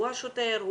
הוא השוטר,